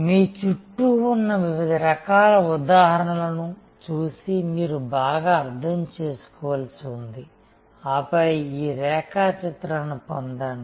మీ చుట్టూ ఉన్న వివిధ రకాల ఉదాహరణలను చూసి మీరు బాగా అర్థం చేసుకోవలసిఉంది ఆపై ఈ రేఖాచిత్రాన్ని పొందండి